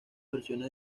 versiones